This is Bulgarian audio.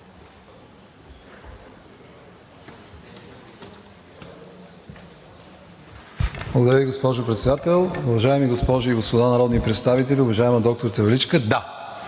Благодаря Ви, госпожо Председател. Уважаеми госпожи и господа народни представители! Уважаема доктор Таваличка